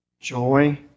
Joy